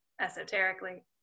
esoterically